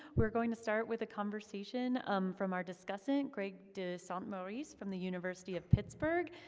we're going to start with a conversation um from our discussant, greg de st. maurice from the university of pittsburgh.